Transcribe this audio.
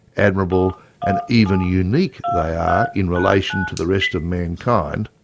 admirable and even unique they are in relation to the rest of mankind,